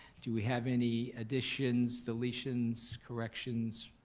do we have any additions, deletions, corrections?